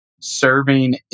serving